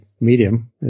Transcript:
medium